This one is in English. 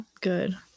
good